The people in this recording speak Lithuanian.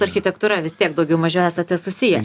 architektūra vis tiek daugiau mažiau esate susiję